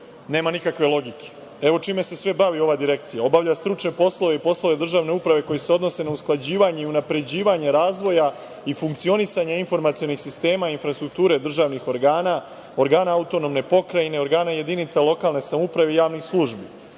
nema nikakve logike. Evo čime se sve bavi ova direkcija: obavlja stručne poslove i poslove državne uprave koji se odnose na usklađivanje i unapređivanje razvoja i funkcionisanje informacionih sistema infrastrukture državnih organa, organa autonomne pokrajine, organa jedinica lokalne samouprave i javnih službi;